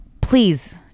please